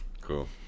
Cool